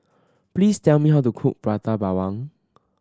please tell me how to cook Prata Bawang